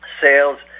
sales